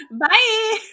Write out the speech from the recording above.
Bye